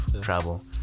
travel